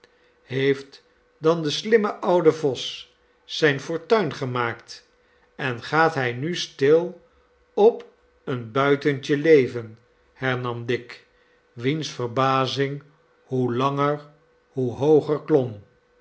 heeft dan de slimme oude vos zijne fortuin gemaakt en gaat hij nu stil op een buitentje leven hernam dick wiens verbazing hoe langer hoe hooger klom